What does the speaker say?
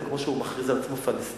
זה כמו שהוא מכריז על עצמו פלסטיני,